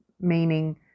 meaning